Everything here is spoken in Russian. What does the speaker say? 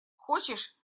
хочешь